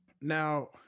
now